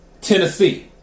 Tennessee